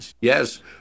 Yes